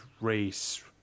race